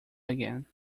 again